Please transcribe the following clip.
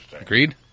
Agreed